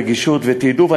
רגישות ותעדוף,